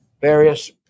various